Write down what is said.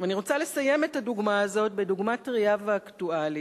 אני רוצה לסיים את הדוגמה הזאת בדוגמה טרייה ואקטואלית: